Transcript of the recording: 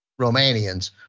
Romanians